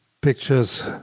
pictures